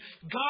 God